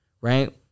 Right